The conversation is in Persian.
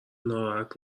ناراحت